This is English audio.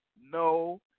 No